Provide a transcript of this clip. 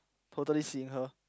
totally seeing her